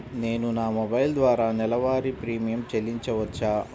నేను నా మొబైల్ ద్వారా నెలవారీ ప్రీమియం చెల్లించవచ్చా?